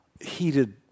heated